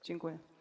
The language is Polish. Dziękuję.